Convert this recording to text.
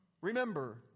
remember